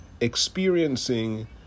experiencing